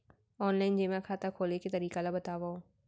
Online जेमा खाता खोले के तरीका ल बतावव?